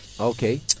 okay